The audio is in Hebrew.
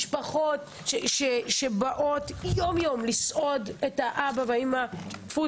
למשפחות שבאות יום יום לסעוד את האבא והאימא - טפו,